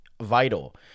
vital